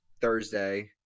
Thursday